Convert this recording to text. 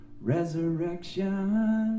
resurrection